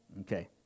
Okay